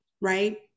right